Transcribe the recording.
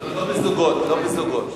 לא בזוגות.